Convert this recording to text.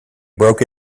broke